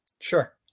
Sure